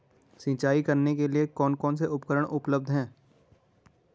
सिंचाई करने के लिए कौन कौन से उपकरण उपलब्ध हैं?